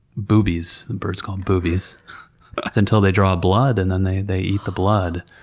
boobies but um boobies until they draw blood, and then they they eat the blood.